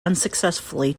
unsuccessfully